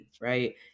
right